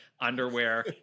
underwear